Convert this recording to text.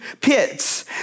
pits